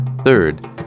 Third